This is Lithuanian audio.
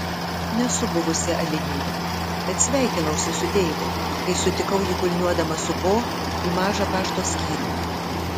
nesu buvusi alinėje bet sveikinausi su deivu kai sutikau jį kulniuodama su bo į mažą pašto skyrių